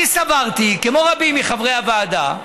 אני סברתי, כמו רבים מחברי הוועדה,